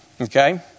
okay